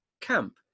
camp